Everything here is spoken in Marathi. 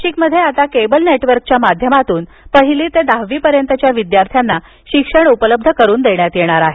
नाशिकमध्ये आता केबल नेटवर्कच्या माध्यमातून पहिली ते दहावीपर्यतच्या विद्यार्थ्यांना शिक्षण उपलब्ध करुन देण्यात येणार आहे